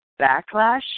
backlash